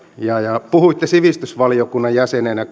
ja ja puhuitte sivistysvaliokunnan jäsenenä